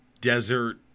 desert